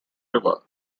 river